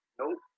Nope